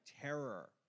terror